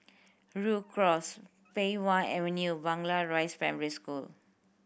Rhu Cross Pei Wah Avenue Blangah Rise Primary School